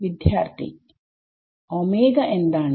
വിദ്യാർത്ഥി എന്താണ്